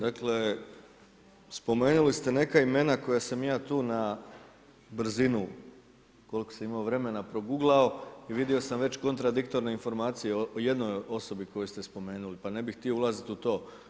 Dakle spomenuli ste neka imena koja sam ja tu na brzinu koliko sam imao vremena proguglao i vidio sam već kontradiktorne informacije o jednoj osobi koju ste spomenuli pa ne bih htio ulaziti u to.